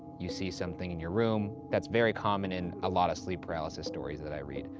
you see something in your room. that's very common in a lot of sleep paralysis stories that i read.